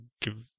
give